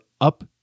up